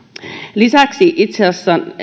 lisäksi itse asiassa